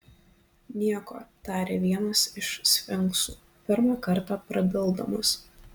nieko tarė vienas iš sfinksų pirmą kartą prabildamas